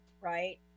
right